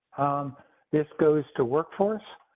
um this goes to workforce